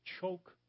choke